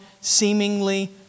seemingly